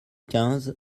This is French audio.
quinze